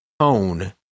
tone